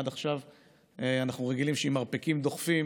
עד עכשיו אנחנו רגילים שעם המרפקים דוחפים,